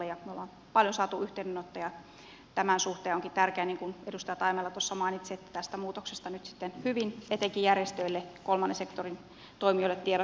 me olemme saaneet paljon yhteydenottoja tämän suhteen ja onkin tärkeää niin kuin edustaja taimela tuossa mainitsi että tästä muutoksesta nyt sitten tiedotetaan hyvin etenkin järjestöille kolmannen sektorin toimijoille jotta sitten tiedetään mikä on muuttunut